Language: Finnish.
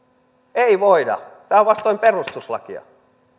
ei voida tämä on vastoin perustuslakia